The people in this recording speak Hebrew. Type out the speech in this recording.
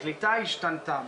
הקליטה השתנתה.